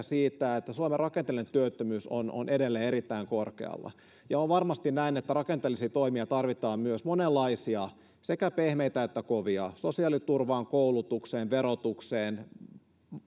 siitä että suomen rakenteellinen työttömyys on on edelleen erittäin korkealla on varmasti näin että rakenteellisia toimia tarvitaan myös monenlaisia sekä pehmeitä että kovia sosiaaliturvaan koulutukseen verotukseen